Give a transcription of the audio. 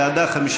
בעדה,